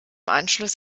anschluss